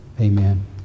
Amen